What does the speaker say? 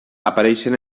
apareixen